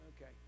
Okay